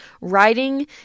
writing